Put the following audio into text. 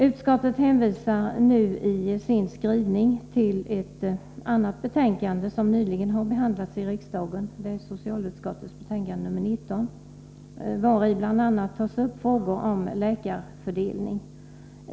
Utskottet hänvisar nu i sin skrivning till ett annat betänkande som nyligen har behandlats i riksdagen, nämligen socialutskottets betänkande 19, vari bl.a. tas upp frågor om läkarfördelning.